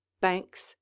Banks